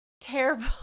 Terrible